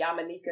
yamanika